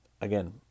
Again